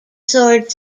sword